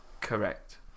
Correct